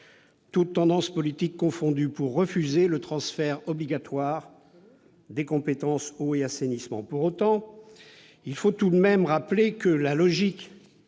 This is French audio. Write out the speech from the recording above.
toutes tendances politiques confondues, pour refuser le transfert obligatoire des compétences « eau » et « assainissement ». Pour autant, il faut tout de même rappeler que la logique